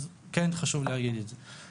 כן חשוב לומר את זה.